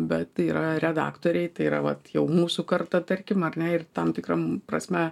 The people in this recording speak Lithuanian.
bet yra redaktoriai tai yra vat jau mūsų karta tarkim ar ne ir tam tikra prasme